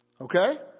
Okay